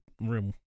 room